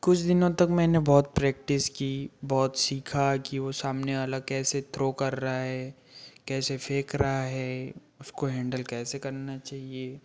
कुछ दिनों तक मैंने बहुत प्रैक्टिस की बहुत सीखा कि वह सामने वाला कैसे थ्रो कर रहा है कैसे फेंक रहा है उसको हैंडल कैसे करना चाहिए